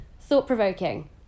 thought-provoking